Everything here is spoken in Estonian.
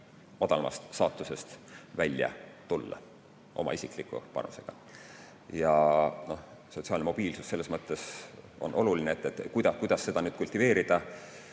madalamast staatusest välja tulla oma isikliku panusega. Sotsiaalne mobiilsus on selles mõttes oluline. Kuidas seda kultiveerida,